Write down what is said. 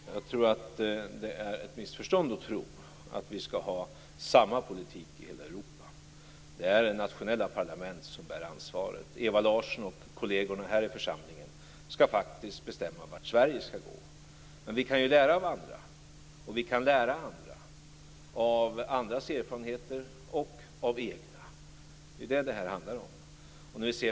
Fru talman! Jag tror att det är ett missförstånd att tro att vi skall ha samma politik i hela Europa. Det är det nationella parlamentet som bär ansvaret. Ewa Larsson och kollegerna här i församlingen skall faktiskt bestämma vart Sverige skall gå. Men vi kan ju lära av andra, och vi kan lära andra. Vi kan lära oss av andras erfarenheter och av egna. Det är detta det handlar om.